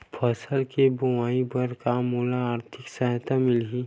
फसल के बोआई बर का मोला आर्थिक सहायता मिलही?